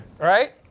Right